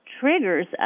triggers